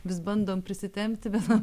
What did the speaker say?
vis bandom prisitempti bet